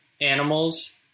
animals